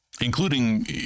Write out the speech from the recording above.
including